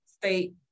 state